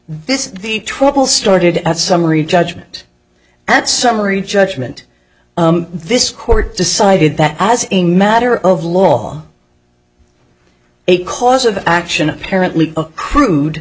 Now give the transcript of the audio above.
this the trouble started at summary judgment at summary judgment this court decided that as a matter of law a cause of action apparently crude